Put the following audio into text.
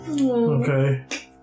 Okay